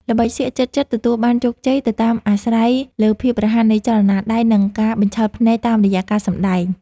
ល្បិចសៀកជិតៗទទួលបានជោគជ័យទៅបានអាស្រ័យលើភាពរហ័សនៃចលនាដៃ និង ការបញ្ឆោតភ្នែកតាមរយៈការសម្តែង។